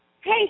Hey